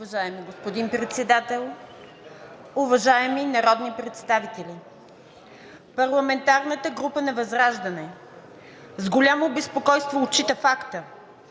Уважаеми господин Председател, уважаеми народни представители! Парламентарната група на ВЪЗРАЖДАНЕ с голямо безпокойство отчита факта,